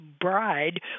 bride